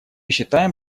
считаем